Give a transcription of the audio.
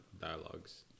dialogues